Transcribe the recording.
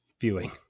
viewing